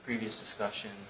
previous discussion